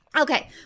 Okay